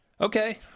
Okay